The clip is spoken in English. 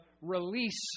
release